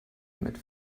mit